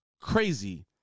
Crazy